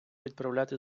відправляти